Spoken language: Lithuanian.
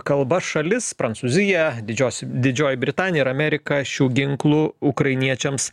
kalba šalis prancūzija didžios didžioji britanija ir amerika šių ginklų ukrainiečiams